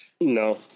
No